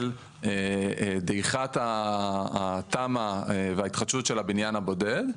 של דעיכת התמ"א וההתחדשות של הבניין הבודד,